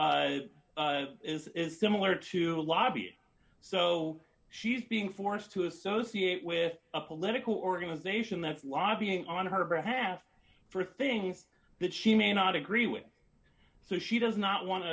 is similar to a lobby so she's being forced to associate with a political organization that's lobbying on her behalf for things that she may not agree with so she does not want to